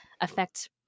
affect